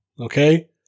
okay